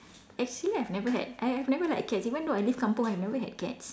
actually I've never had I I've never liked cats even though I lived kampung I never had cats